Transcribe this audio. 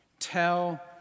Tell